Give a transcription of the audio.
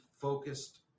focused